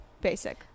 basic